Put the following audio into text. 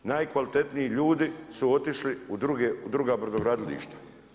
Najkvalitetniji ljudi su otišli u druga brodogradilišta.